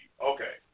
Okay